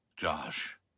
Josh